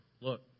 look